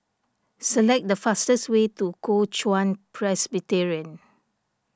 select the fastest way to Kuo Chuan Presbyterian